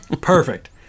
Perfect